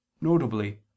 notably